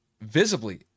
visibly